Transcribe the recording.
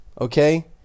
okay